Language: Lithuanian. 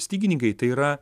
stygininkai tai yra